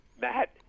Matt